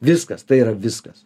viskas tai yra viskas